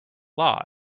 law